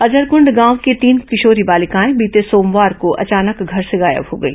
अजरकुंड गांव की तीन किशोरी बॉलिकाएं बीते सोमवार को अचानक घर से गायब हो गई